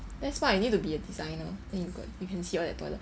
that's what I need to be a designer then you can see all the toilet